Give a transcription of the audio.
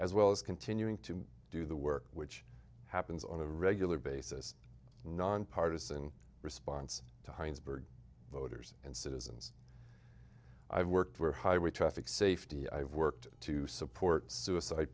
as well as continuing to do the work which happens on a regular basis nonpartizan response to heinsberg voters and citizens i've worked for highway traffic safety i've worked to support suicide